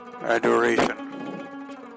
adoration